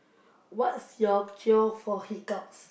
what's your cure for hiccups